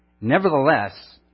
Nevertheless